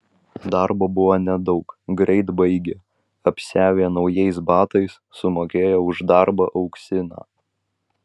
darbo buvo nedaug greit baigė apsiavė naujais batais sumokėjo už darbą auksiną